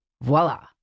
Voila